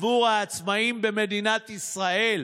אבל מדינת ישראל,